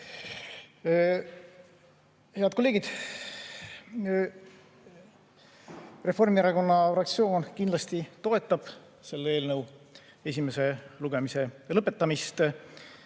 Head kolleegid! Reformierakonna fraktsioon kindlasti toetab selle eelnõu esimese lugemise lõpetamist